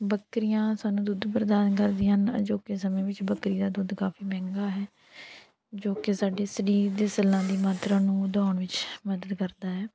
ਬੱਕਰੀਆਂ ਸਾਨੂੰ ਦੁੱਧ ਪ੍ਰਦਾਨ ਕਰਦੀਆਂ ਹਨ ਅਜੋਕੇ ਸਮੇਂ ਵਿੱਚ ਬੱਕਰੀ ਦਾ ਦੁੱਧ ਕਾਫੀ ਮਹਿੰਗਾ ਹੈ ਜੋ ਕਿ ਸਾਡੇ ਸਰੀਰ ਦੇ ਸੈੱਲਾਂ ਦੀ ਮਾਤਰਾ ਨੂੰ ਵਧਾਉਣ ਵਿੱਚ ਮਦਦ ਕਰਦਾ ਹੈ